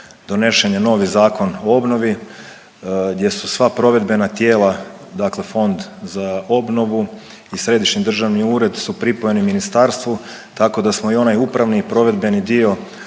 donesen je novi Zakon o obnovi gdje su sva provedbena tijela dakle Fond za obnovu i Središnji državni ured su pripojeni ministarstvu tako da smo i onaj upravni i provedbeni dio